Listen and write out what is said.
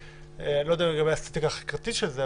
אני לא יודע לגבי האסתטיקה החקיקתית של זה,